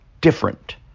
different